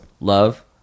Love